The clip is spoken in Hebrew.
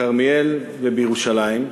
בכרמיאל ובירושלים.